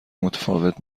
متفاوت